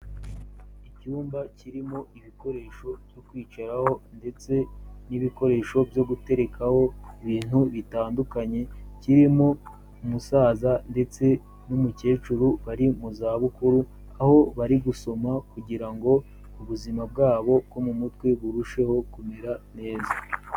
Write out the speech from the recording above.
Icyumba kirimo ibikoresho byo kwicaraho ndetse n'ibikoresho byo guterekaho ibintu bitandukanye, kirimo umusaza ndetse n'umukecuru bari mu zabukuru, aho bari gusoma kugira ngo ubuzima bwabo bwo mu mutwe burusheho kumera neza.